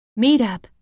Meetup